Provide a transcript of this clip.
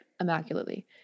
Immaculately